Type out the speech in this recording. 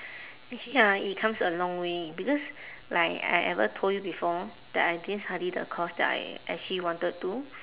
ya it comes a long way because like I ever told you before that I didn't study the course that I actually wanted to